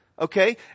okay